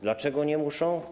Dlaczego nie muszą?